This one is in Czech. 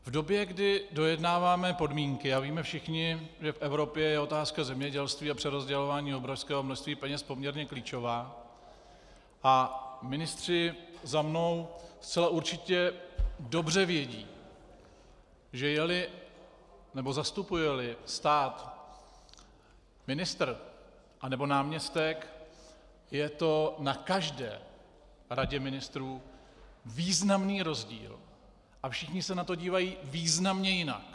V době, kdy dojednáváme podmínky, a víme všichni, že v Evropě je otázka zemědělství a přerozdělování obrovského množství peněz poměrně klíčová, a ministři za mnou zcela určitě dobře vědí, že zastupujeli stát ministr, anebo náměstek, je to na každé radě ministrů významný rozdíl a všichni se na to dívají významně jinak.